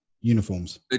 uniforms